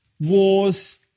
wars